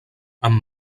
amb